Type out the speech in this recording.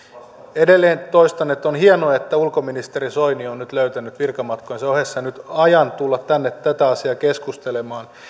edelleen toistan että on hienoa että ulkoministeri soini on nyt löytänyt virkamatkojensa ohessa ajan tulla tänne tästä asiasta keskustelemaan